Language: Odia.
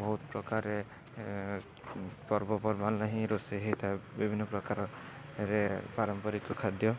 ବହୁତ ପ୍ରକାରରେ ପର୍ବପର୍ବାଣିରେ ହିଁ ରୋଷେଇ ହେଇଥାଏ ବିଭିନ୍ନ ପ୍ରକାରରେ ପାରମ୍ପରିକ ଖାଦ୍ୟ